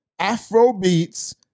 Afrobeats